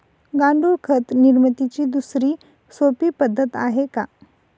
गांडूळ खत निर्मितीची दुसरी सोपी पद्धत आहे का?